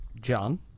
John